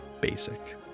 basic